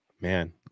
Man